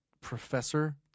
professor